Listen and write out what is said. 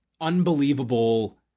unbelievable